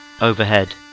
Overhead